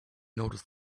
notice